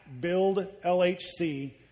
buildlhc